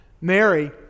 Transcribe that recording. Mary